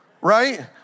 right